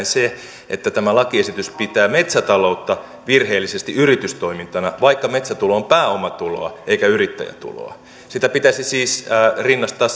se että tämä lakiesitys pitää metsätaloutta virheellisesti yritystoimintana vaikka metsätulo on pääomatuloa eikä yrittäjätuloa sitä pitäisi siis rinnastaa